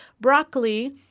broccoli